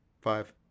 Five